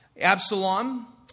Absalom